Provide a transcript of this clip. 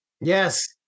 Yes